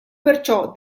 perciò